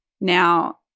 now